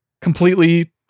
completely